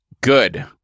good